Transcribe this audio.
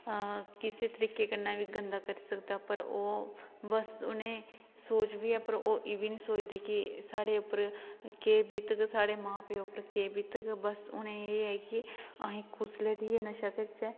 किसे तरीके कन्नै बी गंदा करी सकदा पर ओह् बस उ'नेंगी सोच बी ऐ पर ओह् एह् बी नेईं सोचदे कि साढ़े उप्पर केह् बीतग साढ़े मां प्यो उप्पर केह् बीतग बस उ'नेंगी एह् ऐ कि असें कुसलै जाइयै एह् नशा करचै